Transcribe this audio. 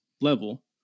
level